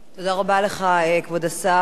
תודה רבה לך, כבוד השר.